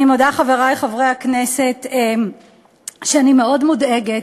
אני מודה, חברי חברי הכנסת, שאני מאוד מודאגת,